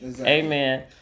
amen